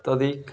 ଅତ୍ୟଧିକ